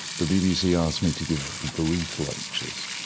the bbc asked me to give the reith lectures.